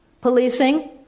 Policing